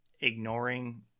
ignoring